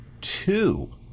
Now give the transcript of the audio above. two